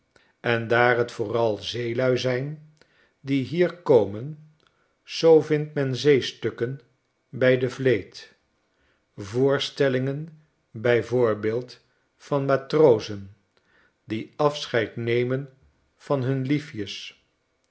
en daar t vooral zeelui zijn die hier komen zoo vindt men zeestukken bij de vleet voorstellingen bij voorbeeld van matrozen die afscheid nemen van hun liefjes